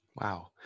Wow